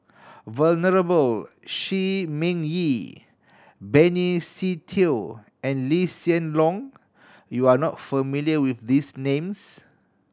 Venerable Shi Ming Yi Benny Se Teo and Lee Hsien Loong you are not familiar with these names